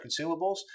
consumables